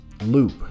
loop